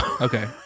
Okay